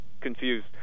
confused